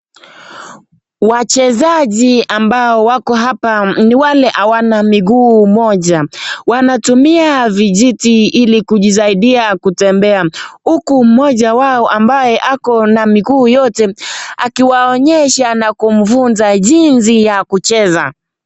Wachezaji ambao wako hapa ni wale hawana miguu moja. Wanatumia vijiti ilo kujisaidia kutembea huku mmoja wao ambaye ako na miguu yote akiwaonyesha na kumfunza jinsi ya kucheza.